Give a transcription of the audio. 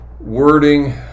Wording